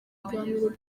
biganiro